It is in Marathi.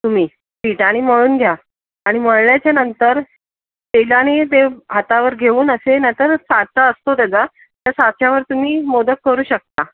तुम्ही पीठ आणि मळून घ्या आणि मळल्याच्यानंतर तेलानी ते हातावर घेऊन असे नाहीतर साचा असतो तेचा त्या साच्यावर तुम्ही मोदक करू शकता